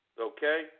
okay